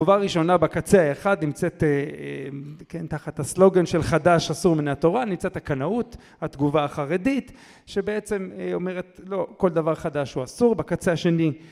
תגובה ראשונה, בקצה האחד, נמצאת... תחת הסלוגן של "חדש אסור מן התורה", נמצאת הקנאות, התגובה החרדית, שבעצם אומרת "לא, כל דבר חדש הוא אסור". בקצה השני ...